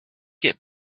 get